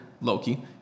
Loki